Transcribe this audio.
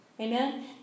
Amen